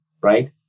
right